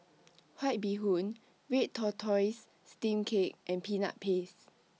White Bee Hoon Red Tortoise Steamed Cake and Peanut Paste